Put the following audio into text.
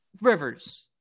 Rivers